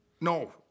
No